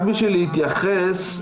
רק להתייחס,